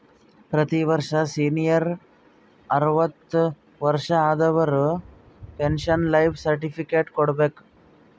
ಪ್ರತಿ ವರ್ಷ ಸೀನಿಯರ್ ಅರ್ವತ್ ವರ್ಷಾ ಆದವರು ಪೆನ್ಶನ್ ಲೈಫ್ ಸರ್ಟಿಫಿಕೇಟ್ ಕೊಡ್ಬೇಕ